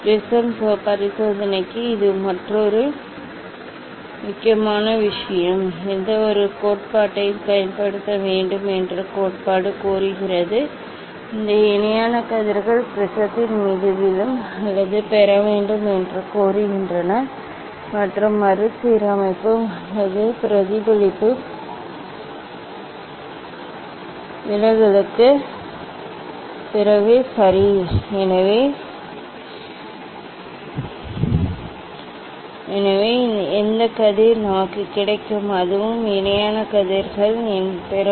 prism பரிசோதனைக்கு இது மற்றொரு முக்கியமான விஷயம் எந்தவொரு கோட்பாட்டைப் பயன்படுத்த வேண்டும் என்று கோட்பாடு கோருகிறது இந்த இணையான கதிர்கள் ப்ரிஸத்தின் மீது விழும் அல்லது பெற வேண்டும் என்று கோருகின்றன மற்றும் மறுசீரமைப்பு அல்லது பிரதிபலிப்பு அல்லது விலகலுக்குப் பிறகு சரி எனவே எந்த கதிர் நமக்கு கிடைக்கும் அதுவும் இணையான கதிர்கள் பெறும்